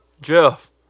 Jeff